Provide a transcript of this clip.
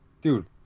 dude